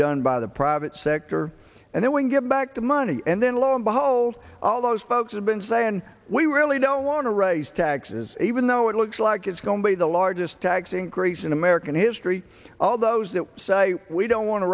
done by the private sector and then when give back the money and then lo and behold all those folks have been saying we really don't want to raise taxes even though it looks like it's going to be the largest tax increase in american history all those that say we don't want to